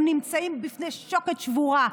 הם נמצאים בפני שוקת שבורה.